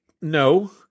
no